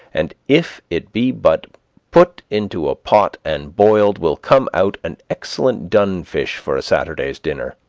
and if it be but put into a pot and boiled, will come out an excellent dun-fish for a saturday's dinner.